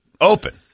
Open